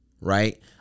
right